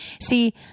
See